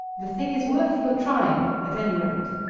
the thing is worth your trying, at any rate.